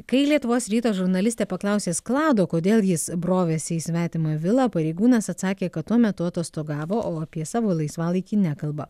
kai lietuvos ryto žurnalistė paklausė klado kodėl jis brovėsi į svetimą vilą pareigūnas atsakė kad tuo metu atostogavo o apie savo laisvalaikį nekalba